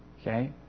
Okay